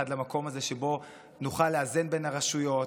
למקום הזה שבו נוכל לאזן בין הרשויות,